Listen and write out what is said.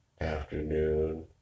afternoon